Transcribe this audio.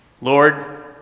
Lord